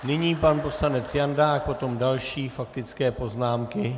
Nyní pan poslanec Jandák, potom další faktické poznámky.